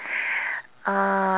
uh